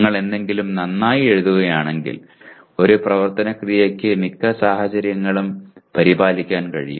നിങ്ങൾ എന്തെങ്കിലും നന്നായി എഴുതുകയാണെങ്കിൽ ഒരു പ്രവർത്തന ക്രിയയ്ക്ക് മിക്ക സാഹചര്യങ്ങളും പരിപാലിക്കാൻ കഴിയും